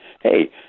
hey